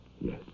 Yes